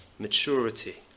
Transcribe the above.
Maturity